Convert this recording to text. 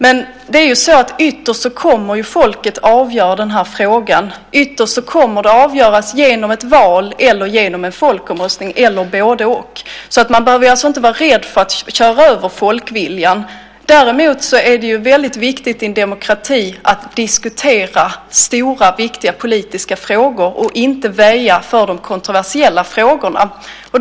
Men ytterst kommer ju folket att avgöra den här frågan antingen genom ett val eller genom en folkomröstning, eller både-och. Man behöver alltså inte vara rädd för att köra över folkviljan. Däremot är det viktigt att man i en demokrati diskuterar stora och viktiga frågor och inte väjer för kontroversiella frågor.